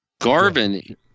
Garvin